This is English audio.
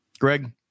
Greg